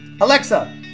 Alexa